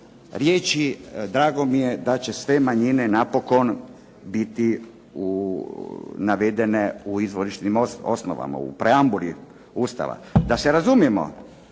riječi, drago mi je da će sve manjine napokon biti navedene u izvorišnim osnovama, u preambuli Ustava. DA se razumijemo,